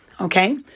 okay